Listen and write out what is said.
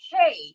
hey